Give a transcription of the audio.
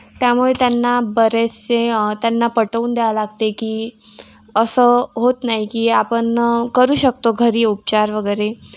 त्यामुळे त्यांना बरेचसे त्यांना पटवून द्या लागते की असं होत नाही की आपण करू शकतो घरी उपचार वगैरे